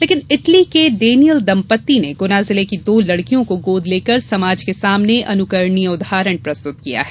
लेकिन इटली के डेनियल दम्पत्ति ने गुना जिले की दो लड़कियों को गोद लेकर समाज के सामने अनुकरणीय उदाहरण प्रस्तुत किया है